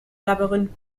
labyrinth